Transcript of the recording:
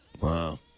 Wow